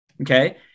Okay